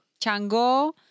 chango